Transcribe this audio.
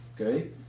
Okay